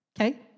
Okay